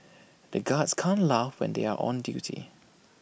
the guards can't laugh when they are on duty